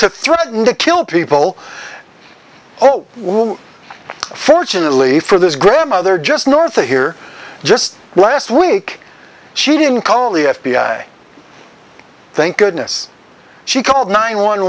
to threaten to kill people oh fortunately for this grandmother just north of here just last week she didn't call the f b i thank goodness she called nine one